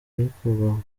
ariko